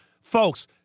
folks